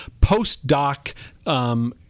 postdoc